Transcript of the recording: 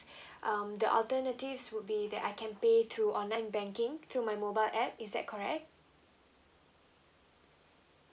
um the alternatives would be that I can pay through online banking through my mobile app is that correct